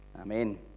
Amen